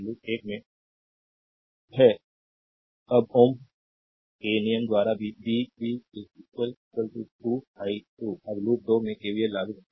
refer slide time 0442 अब Ohm के नियम द्वारा भी v v 2 i2 अब लूप 2 में KVL लागू करते हैं